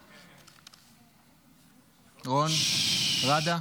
רון, ראדה,